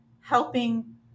helping